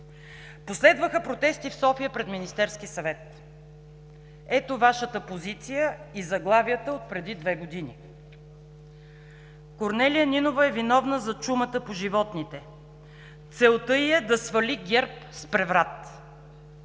Последваха протести в София пред Министерския съвет. Ето Вашата позиция и заглавията от преди две години: „Корнелия Нинова е виновна за чумата по животните. Целта ѝ е да свали ГЕРБ с преврат“,